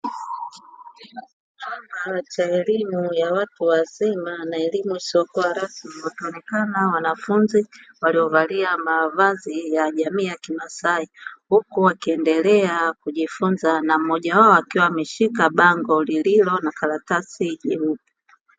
Chumba cha elimu ya watu wazima na elimu isiyokuwa rasmi wakionekana wanafunzi waliovalia mavazi ya jamii ya kimasai, huku wakiendelea kujifunza na mmoja wao akionekana kushika bango lililo na karatasi nyeupe.